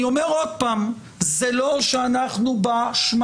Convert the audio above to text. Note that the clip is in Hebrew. אני אומר עוד פעם, זה לא שאנחנו בשממה.